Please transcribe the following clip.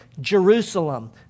Jerusalem